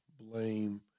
blame